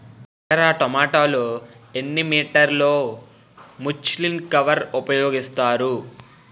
ఎకర టొమాటో లో ఎన్ని మీటర్ లో ముచ్లిన్ కవర్ ఉపయోగిస్తారు?